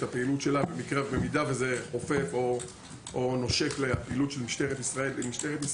הפעילות שלה אם זה נושק לפעילות של משטרת ישראל.